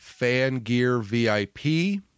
fangearvip